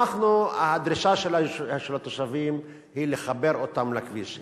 הדרישה של התושבים היא לחבר אותם לכביש.